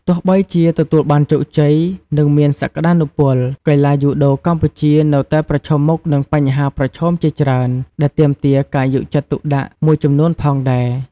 ទោះបីជាទទួលបានជោគជ័យ និងមានសក្តានុពល កីឡាយូដូកម្ពុជានៅតែប្រឈមមុខនឹងបញ្ហាប្រឈមជាច្រើនដែលទាមទារការយកចិត្តទុកដាក់មួយចំនួនផងដែរ ។